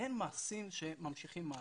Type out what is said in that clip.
אין מעשים שממשיכים הלאה.